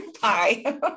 pie